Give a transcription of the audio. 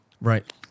Right